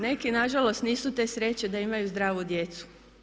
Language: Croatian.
Neki nažalost nisu te sreće da imaju zdravu djecu.